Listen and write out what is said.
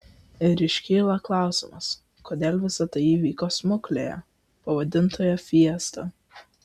ir iškyla klausimas kodėl visa tai įvyko smuklėje pavadintoje fiesta